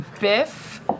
biff